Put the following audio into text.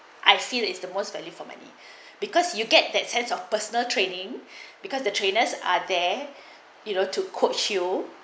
I feel is the most value for money because you get that sense of personal training because the trainers are there you know to coach you